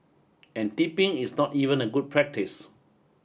and tipping is not even a good practice